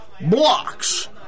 blocks